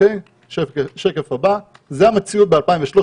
בשקף הבא זאת המציאות ב-2013,